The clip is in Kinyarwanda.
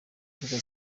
imbuga